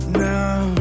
now